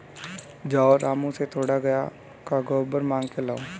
जाओ रामू से थोड़ा गाय का गोबर मांग के लाओ